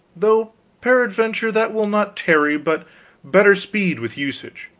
though peradventure that will not tarry but better speed with usage.